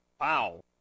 Wow